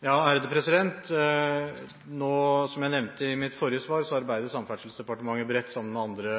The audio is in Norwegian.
Som jeg nevnte i mitt forrige svar, arbeider Samferdselsdepartementet bredt sammen med andre